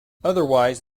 otherwise